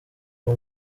uwo